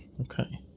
okay